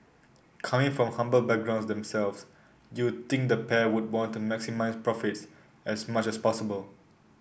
coming from humble backgrounds themselves you'd think the pair would want to maximise profits as much as possible